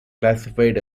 classified